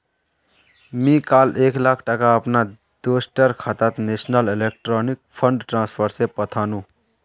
मी काल एक लाख टका अपना दोस्टर खातात नेशनल इलेक्ट्रॉनिक फण्ड ट्रान्सफर से पथानु